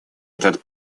этот